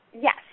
Yes